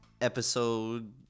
episode